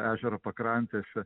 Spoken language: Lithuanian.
ežero pakrantėse